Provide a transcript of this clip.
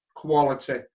quality